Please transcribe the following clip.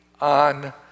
on